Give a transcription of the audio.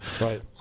Right